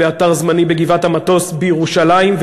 באתר זמני בגבעת-המטוס בירושלים.